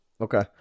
Okay